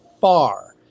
far